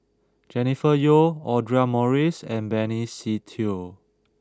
Jennifer Yeo Audra Morrice and Benny Se Teo